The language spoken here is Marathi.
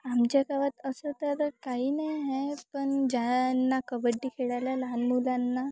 आमच्या गावात असं तर काही नाही आहे पण ज्यांना कबड्डी खेळायला लहान मुलांना